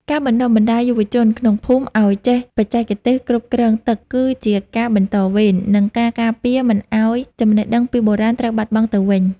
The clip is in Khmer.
ការបណ្តុះបណ្តាលយុវជនក្នុងភូមិឱ្យចេះបច្ចេកទេសគ្រប់គ្រងទឹកគឺជាការបន្តវេន និងការការពារមិនឱ្យចំណេះដឹងពីបុរាណត្រូវបាត់បង់ទៅវិញ។